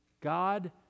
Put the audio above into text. God